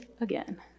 again